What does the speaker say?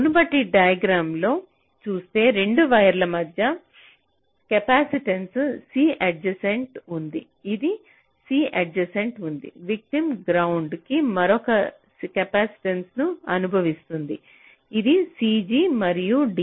మునుపటి డైగ్రామ్ చూస్తే 2 వైర్ల మధ్య కెపాసిటెన్స C ఎడ్జెసెంట్ ఉంది ఇది C ఎడ్జెసెంట్ ఉంది విటిమ్ గ్రౌండ్ కి మరొక కెపాసిటెన్స ను అనుభవిస్తుంది అది C g మరియు d